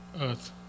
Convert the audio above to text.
earth